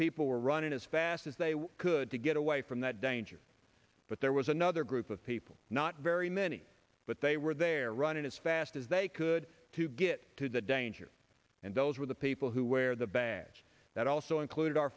people were running as fast as they could to get away from that danger but there was another group of people not very many but they were there running as fast as they could to get to the danger and those were the people who wear the badge that also included our